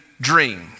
dreamed